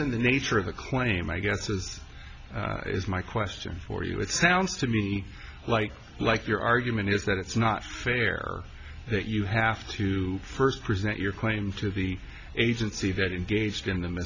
in the nature of the claim i guess is is my question for you it sounds to me like like your argument is that it's not fair that you have to first present your claim to the agency that engaged in the